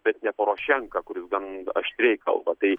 bet ne porošenką kuris gan aštriai kalba tai